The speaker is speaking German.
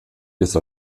ist